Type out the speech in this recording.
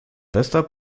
bester